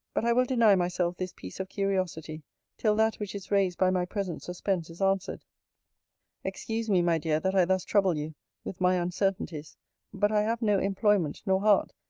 but i will deny myself this piece of curiosity till that which is raised by my present suspense is answered excuse me, my dear, that i thus trouble you with my uncertainties but i have no employment, nor heart,